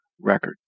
record